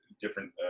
different –